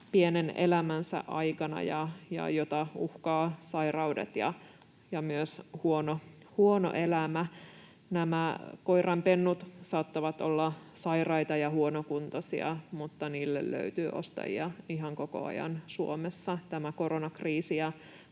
pienen elämänsä aikana, jota uhkaavat sairaudet ja myös huono elämä. Nämä koiranpennut saattavat olla sairaita ja huonokuntoisia, mutta niille löytyy ostajia ihan koko ajan. Suomessa tämä koronakriisi